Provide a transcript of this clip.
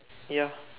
ya